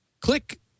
click